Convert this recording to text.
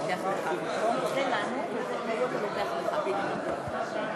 מייד עם סיום פרק החיבוקים והברכות אנחנו נקיים עוד הצבעה.